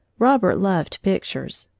robert loved pictures.